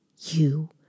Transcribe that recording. You